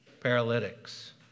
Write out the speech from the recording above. Paralytics